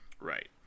right